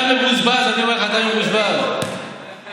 עאידה, הם הולכים להעביר את הכסף בקולו של, כן,